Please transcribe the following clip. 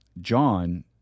John